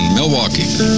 Milwaukee